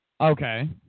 Okay